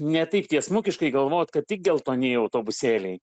ne taip tiesmukiškai galvot kad tik geltonieji autobusėliai